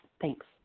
Thanks